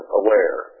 aware